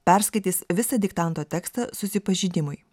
perskaitys visą diktanto tekstą susipažinimui